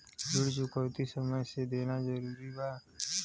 ऋण चुकौती समय से देना जरूरी बा?